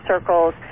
circles